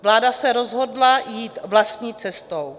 Vláda se rozhodla jít vlastní cestou.